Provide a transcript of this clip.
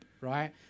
right